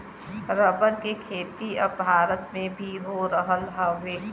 rubber के खेती अब भारत में भी हो रहल हउवे